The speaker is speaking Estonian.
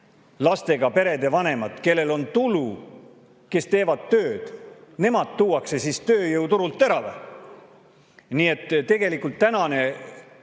lastega perede vanemad, kellel on tulu, kes teevad tööd. Nemad tuuakse siis tööjõuturult ära või? Tegelikult tänane